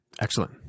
Excellent